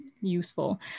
useful